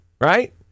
right